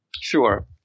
Sure